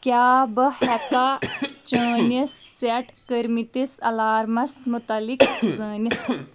کیٛاہ بہٕ ہیٚکا چٲنِس سیٹ کٕرمٕتِس الارامس مُتعلق زٲنِتھ ؟